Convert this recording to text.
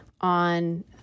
on